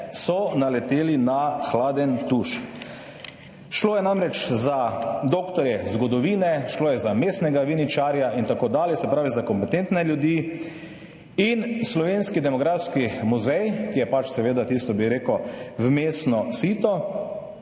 so naleteli na hladen tuš. Šlo je namreč za doktorje zgodovine, šlo je za mestnega viničarja in tako dalje, se pravi, za kompetentne ljudi. Slovenski etnografski muzej, ki je pač seveda tisto vmesno sito